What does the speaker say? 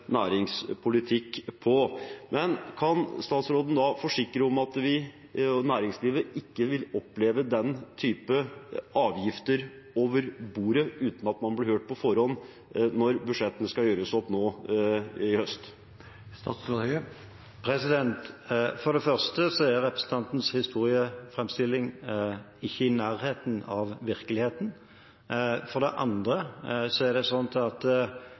næringspolitikk på. Kan statsråden forsikre om at vi og næringslivet ikke vil oppleve den type avgifter over bordet uten at man blir hørt på forhånd, når budsjettene skal gjøres opp nå i høst? For det første er representantens historieframstilling ikke i nærheten av virkeligheten. For det andre er det